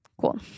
Cool